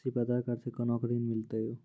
सिर्फ आधार कार्ड से कोना के ऋण मिलते यो?